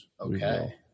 Okay